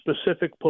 specific